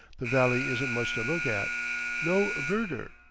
the valley isn't much to look at no verdure,